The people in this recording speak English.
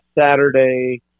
Saturday